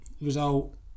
result